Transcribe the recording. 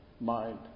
mind